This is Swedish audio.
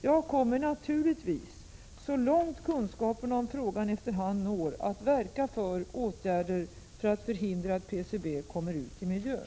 Jag kommer naturligtvis, så långt kunskaperna i frågan efter hand når, att verka för åtgärder för att förhindra att PCB kommer ut i miljön.